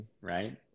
right